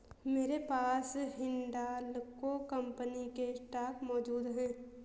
मेरे पास हिंडालको कंपनी के स्टॉक मौजूद है